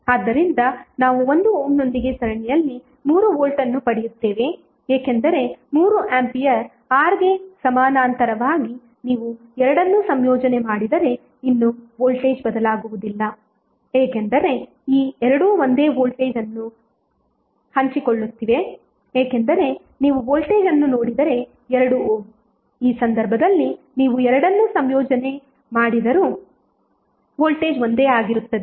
ಆದ್ದರಿಂದ ನಾವು 1 ಓಮ್ನೊಂದಿಗೆ ಸರಣಿಯಲ್ಲಿ 3 ವೋಲ್ಟ್ ಅನ್ನು ಪಡೆಯುತ್ತೇವೆ ಏಕೆಂದರೆ 3 ಆಂಪಿಯರ್ R ಗೆ ಸಮಾನಾಂತರವಾಗಿ ನೀವು ಎರಡನ್ನೂ ಸಂಯೋಜನೆ ಮಾಡಿದರೆ ಇನ್ನೂ ವೋಲ್ಟೇಜ್ ಬದಲಾಗುವುದಿಲ್ಲ ಏಕೆಂದರೆ ಈ ಎರಡು ಒಂದೇ ವೋಲ್ಟೇಜ್ ಅನ್ನು ಹಂಚಿಕೊಳ್ಳುತ್ತಿವೆ ಏಕೆಂದರೆ ನೀವು ವೋಲ್ಟೇಜ್ ಅನ್ನು ನೋಡಿದರೆ 2 ಓಮ್ ಈ ಸಂದರ್ಭದಲ್ಲಿ ನೀವು ಎರಡನ್ನೂ ಸಂಯೋಜನೆ ಮಾಡಿದರೂ ವೋಲ್ಟೇಜ್ ಒಂದೇ ಆಗಿರುತ್ತದೆ